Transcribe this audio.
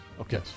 Okay